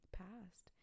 past